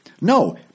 No